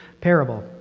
parable